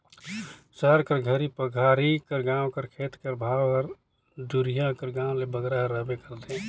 सहर कर घरी पखारी कर गाँव कर खेत कर भाव हर दुरिहां कर गाँव ले बगरा रहबे करथे